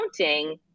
counting